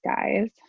guys